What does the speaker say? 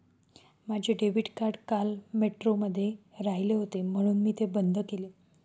माझे debit card काल मेट्रोमध्ये राहिले होते म्हणून मी ते बंद केले